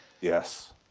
Yes